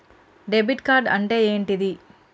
Debit card అంటే ఏంటిది?